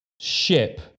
ship